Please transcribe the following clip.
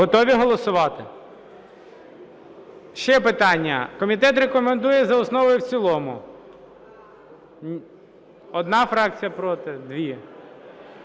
Готові голосувати? Ще питання: комітет рекомендує за основу і в цілому. Одна фракція проти. Дві.